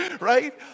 right